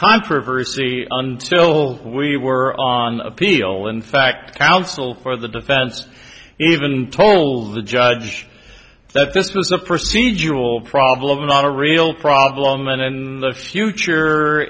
controversy until we were on appeal in fact counsel for the defense even told the judge that this was a procedural problem not a real problem and in the future